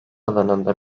alanında